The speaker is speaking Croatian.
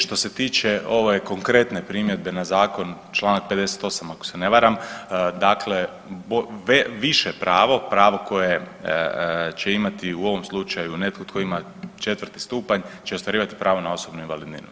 Što se tiče ove konkretne primjedbe na zakon, Članak 58. ako se ne varam, dakle više pravo, pravo koje će imati u ovom slučaju netko tko ima 4 stupanj će ostvarivati pravo na osobnu invalidninu.